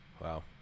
Wow